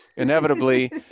Inevitably